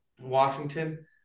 Washington